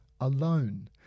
alone